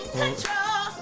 control